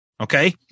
Okay